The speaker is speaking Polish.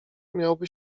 miałby